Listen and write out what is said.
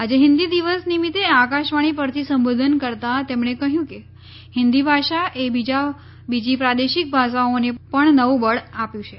આજે હિંદી દિવસ નિમિત્તે આકાશવાણી પરથી સંબોધન કરતા તેમણે કહ્યું કે હિંદી ભાષાએ બીજી પ્રાદેશિક ભાષાઓને પણ નવું બળ આપ્યું છે